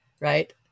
right